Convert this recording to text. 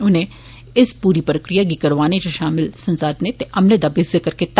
उनें इस पूरी प्रक्रिया गी करोआने इच शामल संसाधनें ते अमले दा बी जिक्र कीता